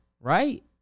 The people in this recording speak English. right